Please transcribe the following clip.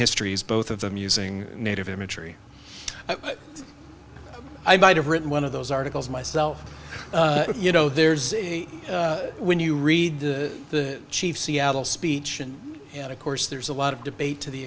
histories both of them using native imagery i might have written one of those articles myself but you know there's a when you read the the chief seattle speech and of course there's a lot of debate to the